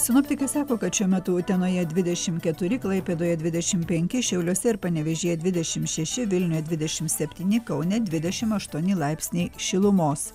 sinoptikai sako kad šiuo metu utenoje dvidešim keturi klaipėdoje dvidešim penki šiauliuose ir panevėžyje dvidešim šeši vilniuje dvidešim septyni kaune dvidešim aštuoni laipsniai šilumos